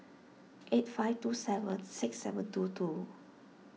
eight five two seven six seven two two